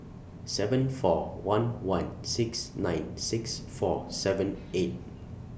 seven four one one six nine six four seven eight